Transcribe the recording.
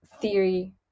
theory